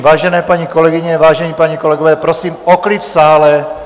Vážené paní kolegyně, vážení páni kolegové, prosím o klid v sále.